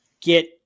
get